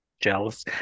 Jealous